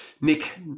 Nick